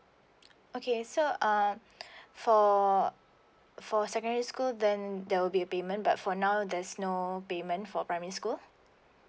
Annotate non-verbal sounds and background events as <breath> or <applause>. okay so err <breath> for for secondary school then there will be a payment but for now there's no payment for primary school